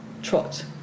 Trot